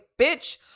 bitch